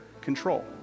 control